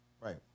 Right